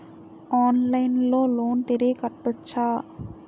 ఆన్లైన్లో లోన్ తిరిగి కట్టోచ్చా?